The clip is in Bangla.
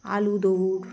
আলু দৌড়